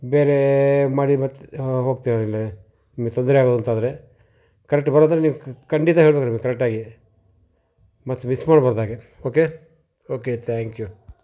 ಬೇರೆ ಮಾಡಿ ಮತ್ತೆ ಹೋಗ್ತೇವೆ ಇಲ್ಲೇ ನಿಮಗೆ ತೊಂದರೆಯಾಗೋದು ಅಂತ ಆದ್ರೆ ಕರೆಕ್ಟ್ ಬರೋದಾದ್ರೆ ನೀವು ಖಂಡಿತ ಹೇಳಬೇಕು ಕರೆಕ್ಟಾಗಿ ಮತ್ತು ಮಿಸ್ ಮಾಡ್ಬಾರ್ದು ಹಾಗೆ ಓಕೆ ಓಕೆ ಥ್ಯಾಂಕ್ಯೂ